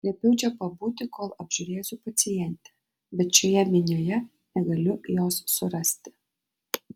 liepiau čia pabūti kol apžiūrėsiu pacientę bet šioje minioje negaliu jos surasti